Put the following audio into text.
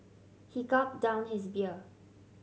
he gulp down his beer